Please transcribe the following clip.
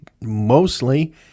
mostly